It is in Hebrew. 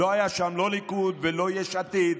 לא היו שם לא ליכוד ולא יש עתיד